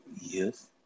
Yes